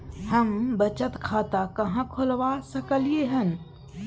हम बचत खाता कहाॅं खोलवा सकलिये हन?